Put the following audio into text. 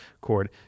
chord